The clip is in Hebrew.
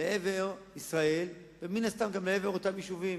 לעבר ישראל ומן הסתם גם לעבר אותם יישובים.